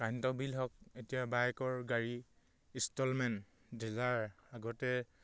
কাৰেণ্টৰ বিল হওক এতিয়া বাইকৰ গাড়ী ইনষ্টলমেণ্ট ডীলাৰ আগতে